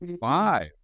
Five